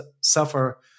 suffer